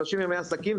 שלושים ימי עסקים,